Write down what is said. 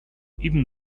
even